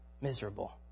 miserable